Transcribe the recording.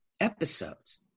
episodes